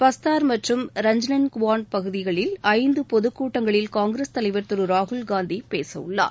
பஸ்தர் மற்றும் ரஜ்னங்குவான் பசூதிகளில் ஐந்து பொதுக் கூட்டங்களில் காங்கிரஸ் தலைவர் திரு ராகுல்காந்தி பேசவுள்ளார்